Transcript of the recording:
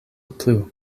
plu